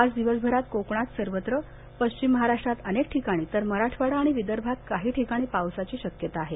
आज दिवसभरात कोकणात सर्वत्रपश्चिम महाराष्ट्रात अनेक ठिकाणी तर मराठवाडा आणि बिदर्भात काही ठिकाणी पावसाची शक्यता आहे